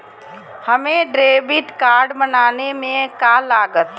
हमें debit card बनाने में का लागत?